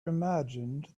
imagined